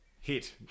Hit